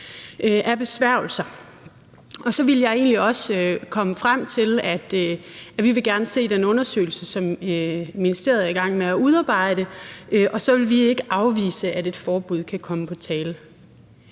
af besværgelser. Så ville jeg egentlig også komme frem til, at vi gerne vil se den undersøgelse, som ministeriet er i gang med at udarbejde, og at vi så ikke vil afvise, at et forbud kan komme på tale.